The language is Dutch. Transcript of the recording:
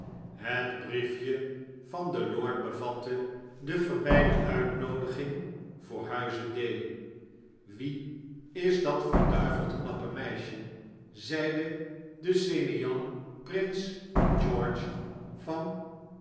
het briefje van den lord bevat de verbeide uitnoodiging voor huize d wie is dat verduiveld knappe meisje zeide de semillant prins g rge van